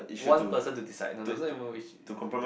one person to decide no no it's even which